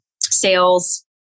sales